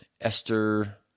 Esther